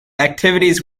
activities